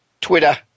Twitter